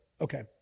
okay